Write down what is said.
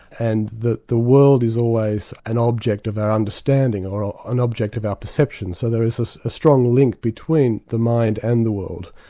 and that the world is always an object of our understanding or an object of our perception, so there is a strong link between the mind and the world.